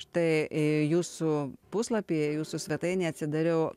štai į jūsų puslapį jūsų svetainėje atsidariau